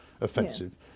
offensive